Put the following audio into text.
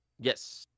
Yes